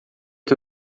que